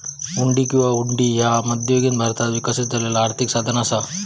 हुंडी किंवा हुंडी ह्या मध्ययुगीन भारतात विकसित झालेला आर्थिक साधन असा